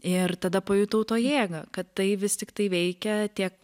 ir tada pajutau to jėgą kad tai vis tiktai veikia tiek